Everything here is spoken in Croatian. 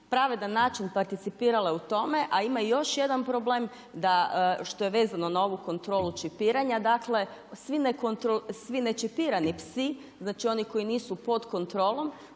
pravedan način participirale u tome. A ima i još jedan problem da, što je vezano na ovu kontrolu čipiranje, dakle svi nečipirani psi, znači oni koji nisu pod kontrolom